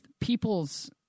people's